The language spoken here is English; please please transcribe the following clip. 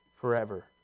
forever